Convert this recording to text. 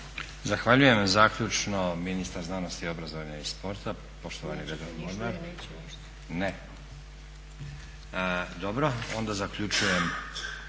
Zahvaljujem. Zaključno, ministar znanosti, obrazovanja i sporta,